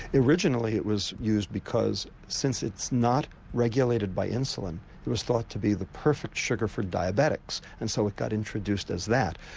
originally it was used because since it's not regulated by insulin it was thought to be the perfect sugar for diabetics and so it got introduced as that.